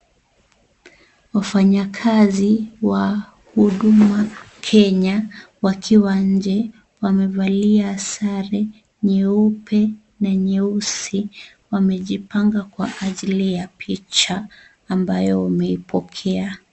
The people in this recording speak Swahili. Wafanyakazi wa Huduma Kenya wakiwa nje wamevalia sare nyeupe na nyeusi wamejipanga kwa ajili ya picha ambayo wameipokea.